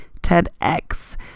TEDx